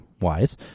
wise